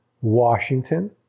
Washington